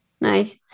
Nice